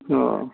اوہ